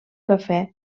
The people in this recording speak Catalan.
cafè